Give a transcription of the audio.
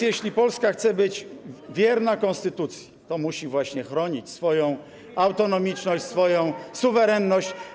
Jeśli Polska chce być wierna konstytucji, to musi właśnie chronić swoją autonomiczność, swoją suwerenność.